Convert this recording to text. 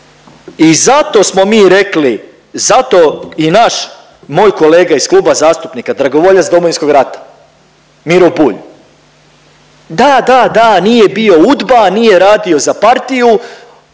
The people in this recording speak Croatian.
i zato smo mi rekli, zato i naš, moj kolega iz kluba zastupnika, dragovoljac Domovinskog rata Miro Bulj, da, da, da nije bio UDBA, nije radio za partiju,